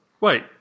Wait